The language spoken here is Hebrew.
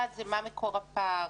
אחת, מה מקור הפער,